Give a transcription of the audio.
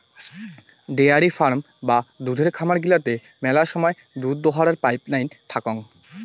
dairy farm বা দুধের খামার গিলাতে মেলা সময় দুধ দোহাবার পাইপ নাইন থাকাং